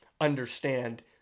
understand